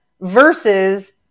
versus